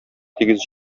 тигез